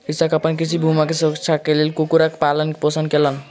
कृषक अपन कृषि भूमि के सुरक्षाक लेल कुक्कुरक पालन पोषण कयलक